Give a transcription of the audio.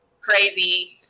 crazy